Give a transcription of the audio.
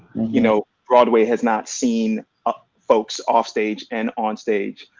you know, broadway has not seen ah folks offstage and onstage,